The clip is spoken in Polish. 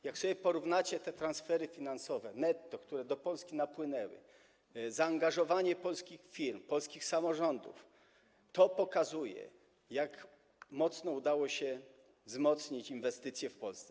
Jak sobie porównacie te transfery finansowe netto, które do Polski napłynęły, zaangażowanie polskich firm, polskich samorządów, to okaże się, jak mocno udało się wzmocnić inwestycje w Polsce.